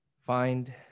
find